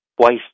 twice